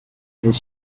his